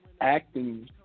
acting